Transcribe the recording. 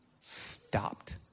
stopped